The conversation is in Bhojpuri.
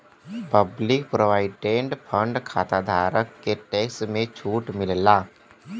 पब्लिक प्रोविडेंट फण्ड खाताधारक के टैक्स में छूट मिलला